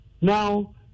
Now